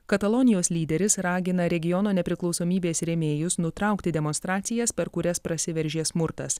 katalonijos lyderis ragina regiono nepriklausomybės rėmėjus nutraukti demonstracijas per kurias prasiveržė smurtas